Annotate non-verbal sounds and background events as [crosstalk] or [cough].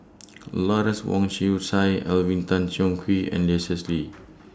[noise] Lawrence Wong Shyun Tsai Alvin Tan Cheong Kheng and Leslie Kee